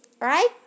right